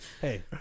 hey